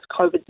COVID